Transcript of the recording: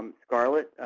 um scarlett